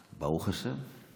ברוך השם.